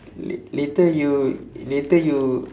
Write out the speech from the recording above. la~ later you later you